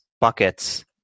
buckets